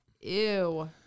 Ew